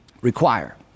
require